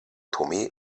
tomé